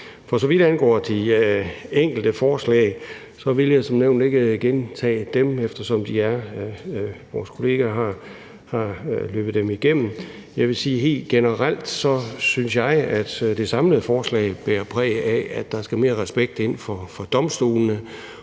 For så vidt angår de enkelte forslag, vil jeg som nævnt ikke gentage dem, eftersom vores kollega har løbet dem igennem, men jeg vil helt generelt sige, at jeg synes, at det samlede forslag bærer præg af, at der skal være mere respekt for domstolene,